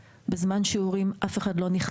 שאף אחד לא יוצא בהפסקה,